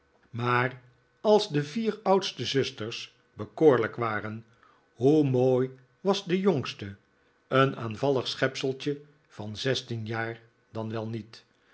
maar als de vier oudste zusters bekoorlijk waren hoe mooi was de jongste een aanvallig schepseltje van zestien jaar dan wel niet